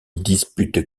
dispute